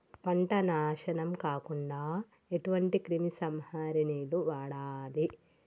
పంట నాశనం కాకుండా ఎటువంటి క్రిమి సంహారిణిలు వాడాలి?